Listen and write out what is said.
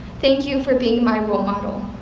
thank you for being my role model.